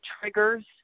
triggers